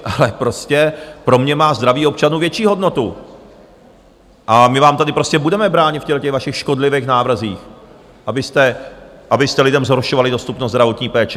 Ale prostě pro mě má zdraví občanů větší hodnotu a my vám tady prostě budeme bránit v těchhletěch vašich škodlivých návrzích, abyste lidem zhoršovali dostupnost zdravotní péče.